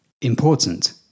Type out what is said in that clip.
Important